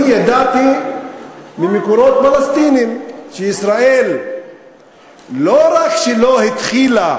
אני ידעתי ממקורות פלסטיניים שישראל לא רק שלא התחילה